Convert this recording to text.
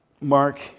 Mark